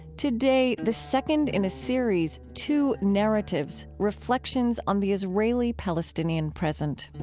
today, the second in a series, two narratives reflections on the israeli-palestinian present.